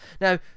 Now